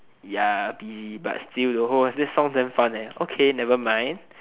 ya be but still though that sounds damn fun okay nevermind